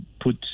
put